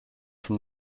from